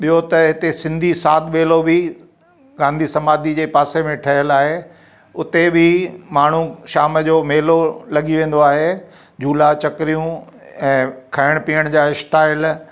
ॿियो त हिते सिंधी साध बेलो बि गांधी समाधी जे पासे में ठहियल आहे उते बि माण्हू शाम जो मेलो लॻी वेंदो आहे झूला चकरियूं ऐं खाइण पीअण जा स्टाल